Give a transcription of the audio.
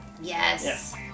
Yes